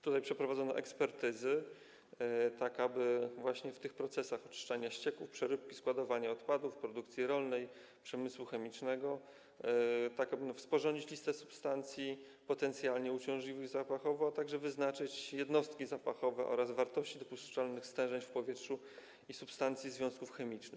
Tutaj przeprowadzono ekspertyzy, tak aby właśnie w odniesieniu do procesów oczyszczania ścieków, przeróbki, składowania odpadów, produkcji rolnej, przemysłu chemicznego sporządzić listę substancji potencjalnie uciążliwych zapachowo, a także wyznaczyć jednostki zapachowe oraz wartości dopuszczalnych stężeń w powietrzu substancji, związków chemicznych.